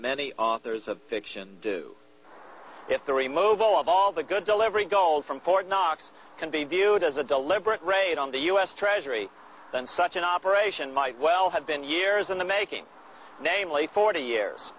many authors of fiction do if they remove all of all the good delivery gold from fort knox can be viewed as a deliberate raid on the us treasury and such an operation might well have been years in the making namely forty years